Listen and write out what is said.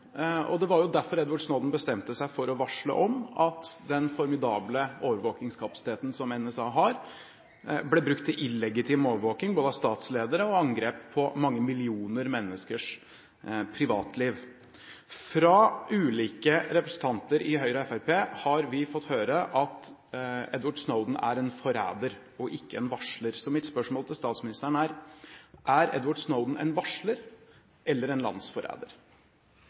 og det var jo derfor han bestemte seg for å varsle om at den formidable overvåkingskapasiteten som NSA har, ble brukt både til illegitim overvåking av statsledere og angrep på mange millioner menneskers privatliv. Fra ulike representanter i Høyre og Fremskrittspartiet har vi fått høre at Edward Snowden er en forræder og ikke en varsler. Så mitt spørsmål til statsministeren er: Er Edward Snowden en varsler eller en landsforræder?